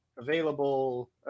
available